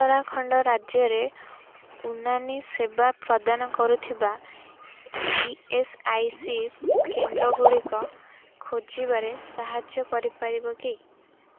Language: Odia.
ଉତ୍ତରାଖଣ୍ଡ ରାଜ୍ୟରେ ଉନାନି ସେବା ପ୍ରଦାନ କରୁଥିବା ଇ ଏସ୍ ଆଇ ସି କେନ୍ଦ୍ରଗୁଡ଼ିକ ଖୋଜିବାରେ ସାହାଯ୍ୟ କରିପାରିବ କି